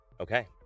Okay